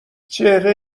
چهره